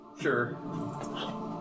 sure